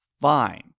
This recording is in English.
Fine